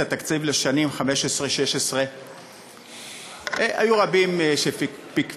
התקציב לשנים 2015 2016. היו רבים שפקפקו